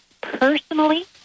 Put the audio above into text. personally